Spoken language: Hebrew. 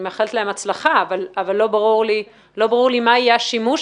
אני מאחלת להן הצלחה אבל לא ברור לי מה יהיה השימוש